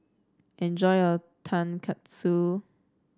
enjoy your Tonkatsu